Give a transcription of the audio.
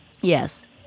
Yes